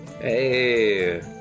Hey